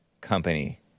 Company